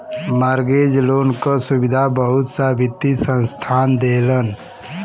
mortgage loan क सुविधा बहुत सा वित्तीय संस्थान देलन